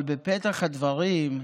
אבל בפתח הדברים,